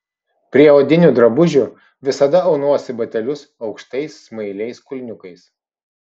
prie odinių drabužių visada aunuosi batelius aukštais smailiais kulniukais